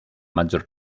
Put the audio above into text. maggior